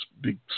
big